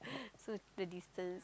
so the distance